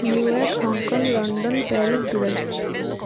New York Hong Kong London Paris Dubai